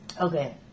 Okay